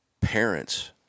parents